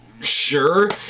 Sure